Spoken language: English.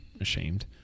ashamed